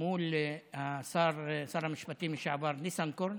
הגשנו הצעה מול שר המשפטים לשעבר ניסנקורן,